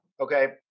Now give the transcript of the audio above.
Okay